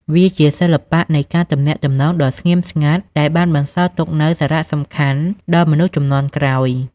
វាជាសិល្បៈនៃការទំនាក់ទំនងដ៏ស្ងៀមស្ងាត់ដែលបានបន្សល់ទុកនូវសារសំខាន់ដល់មនុស្សជំនាន់ក្រោយ។